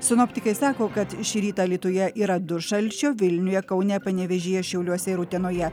sinoptikai sako kad šį rytą alytuje yra du šalčio vilniuje kaune panevėžyje šiauliuose ir utenoje